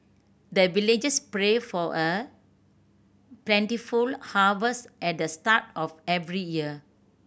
the villagers pray for a plentiful harvest at the start of every year